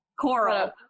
Coral